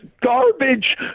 garbage